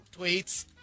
tweets